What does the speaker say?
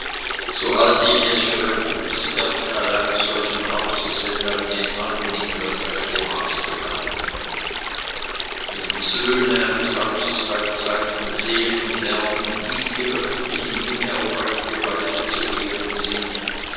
so halte ich es für ein gutes erbteil solchen hauses wenn darin in allen dingen das rechte maß gehalten wird wenn die söhne eines hauses beizeiten sehen und lernen wie die öffentlichen dinge auf rechte weise zu ehren sind